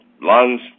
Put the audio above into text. lungs